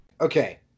Okay